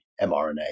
mRNA